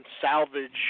salvage